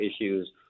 issues